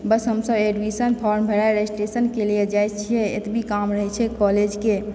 बस हमसब admission form भरै registration कए लिए जाए छिऐ बस एतबी काम रहए छै कॉलेजके